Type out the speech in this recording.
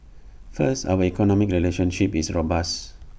first our economic relationship is robust